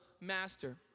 master